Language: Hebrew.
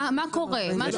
מה קורה?